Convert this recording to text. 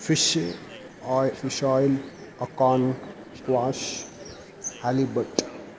fish fish oil acorn quash halibut